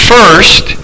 First